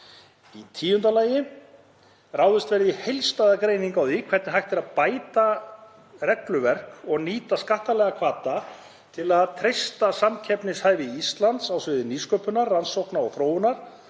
Í tíunda lagi að gerð verði heildstæð greining á því hvernig bæta megi regluverk og nýta skattalega hvata til að treysta samkeppnishæfni Íslands á sviði nýsköpunar, rannsókna og þróunar